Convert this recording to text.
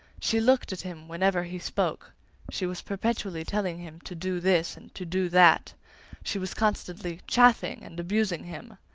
she looked at him whenever he spoke she was perpetually telling him to do this and to do that she was constantly chaffing and abusing him.